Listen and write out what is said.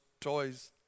toys